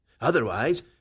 Otherwise